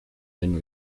been